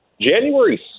January